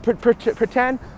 Pretend